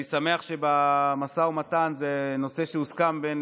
אני שמח שבמשא ומתן זה נושא שהוסכם בין